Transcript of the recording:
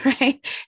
right